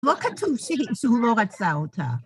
לא כתוב שהיא, שהוא לא רצה אותה.